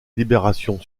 libération